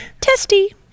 testy